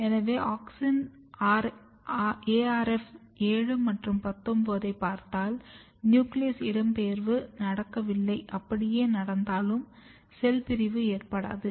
எனவே auxin ARF 7 மற்றும் 19 ஐப் பார்த்தால் நியூக்ளியஸ் இடம்பெயர்வு நடக்கவில்லை அப்படியே நடந்தாலும் செல் பிரிவு ஏற்படாது